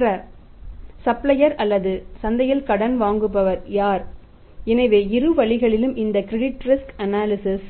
மற்ற சப்ளையர் அல்லது சந்தையில் கடன் வழங்குபவர் யார் எனவே இரு வழிகளிலும் இந்த கிரெடிட் ரிஸ்க் அனாலிசிஸ்